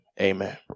amen